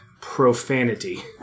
profanity